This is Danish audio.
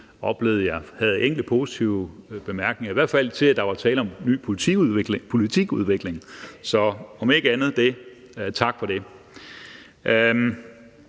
havde enkelte positive bemærkninger, i hvert fald om, at der var tale om en ny politikudvikling, så om ikke andet tak for det.